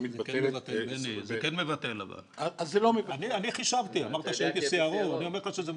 אני חישבתי, זה כן מבטל.